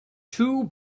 two